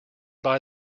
buy